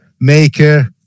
maker